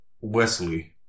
Wesley